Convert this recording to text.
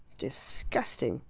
disgusting!